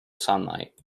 sunlight